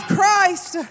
Christ